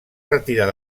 retirar